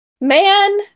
man